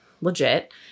legit